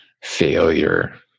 failure